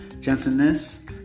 gentleness